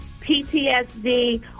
PTSD